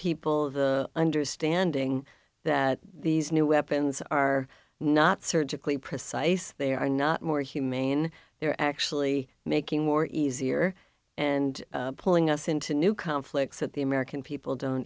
people the understanding that these new weapons are not surgically precise they are not more humane they're actually making more easier and pulling us into new conflicts that the american people don't